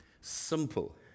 simple